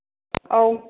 औ